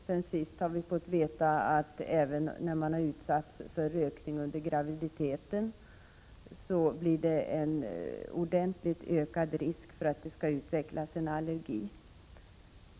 Sedan sist har vi fått veta att barn som blivit utsatta för rökning under graviditeten löper en ökad risk för att utveckla allergier.